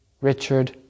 Richard